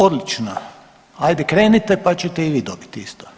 Odlično, ajde krenite pa ćete i vi dobiti isto.